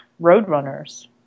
Roadrunners